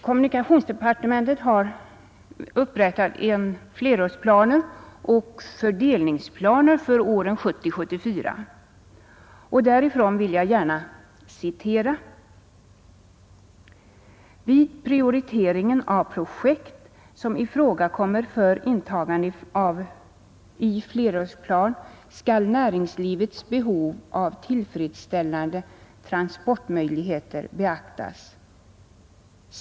Kommunikationsdepartementet har upprättat flerårsplaner och fördel ningsplaner för åren 1970-1974, och från dessa vill jag citera följande ord: ”Vid prioriteringen av projekt som ifrågakommer för intagande i flerårsplan skall näringslivets behov av tillfredsställande transportmöjligheter beaktas.